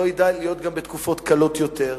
לא ידע להיות גם בתקופות קלות יותר.